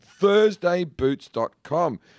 Thursdayboots.com